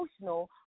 emotional